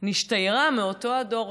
נשתיירה מאותו הדור.